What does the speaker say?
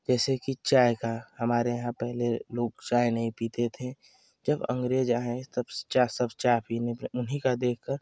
जैसे कि चाय का हमारे यहाँ पहले लोग चाय नहीं पीते थे जब अँग्रेज आए तब चाय सब चाय पीने उन्हीं का देख कर